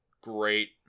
great